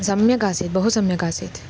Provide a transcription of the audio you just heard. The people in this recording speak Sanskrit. सम्यगासीत् बहु सम्यकासीत्